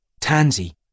Tansy